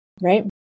right